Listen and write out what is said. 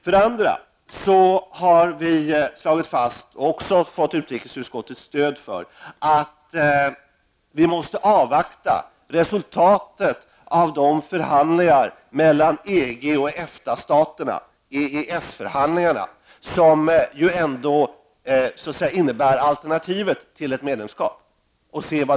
För det andra har vi slagit fast -- och också fått utrikesutskottets stöd för -- att vi måste avvakta resultatet av förhandlingarna mellan EG och EFTA-staterna, EES-förhandlingarna, som ändå är alternativet till ett medlemskap.